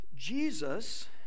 Jesus